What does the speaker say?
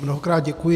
Mnohokrát děkuji.